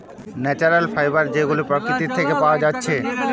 natural fibre যেগুলা প্রকৃতি থিকে পায়া যাচ্ছে